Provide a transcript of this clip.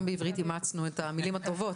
גם בעברית אימצנו את המילים הטובות.